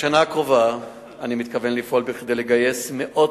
בשנה הקרובה אני מתכוון לפעול כדי לגייס מאות